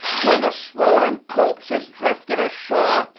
when the swollen corpses drifted ashore,